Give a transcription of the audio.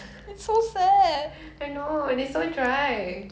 why did you~ why did~